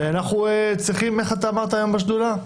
כמו שאמרת היום בשדולה,